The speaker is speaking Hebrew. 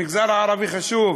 המגזר הערבי חשוב,